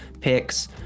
picks